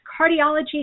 cardiology